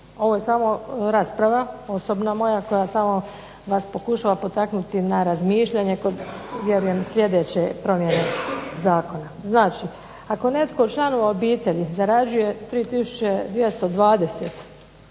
Ovo je samo rasprava, osobna moja, koja samo vas pokušava potaknuti na razmišljanje kod vjerujem sljedeće promjene zakona. Znači ako netko od članova obitelji zarađuje 3